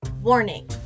Warning